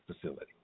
facility